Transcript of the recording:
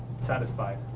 satisfied.